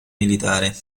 militare